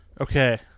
Okay